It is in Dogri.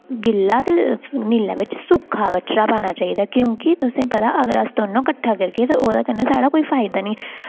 गिल्ला ते नीले बिच्च सुक्का कचरा पाना चाहिदा क्योंकि तुसें पता अगर अस दोनों कट्ठा करगे तां दोनों कन्नै साढ़ा कोई फायदा नेईं होना